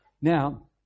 Now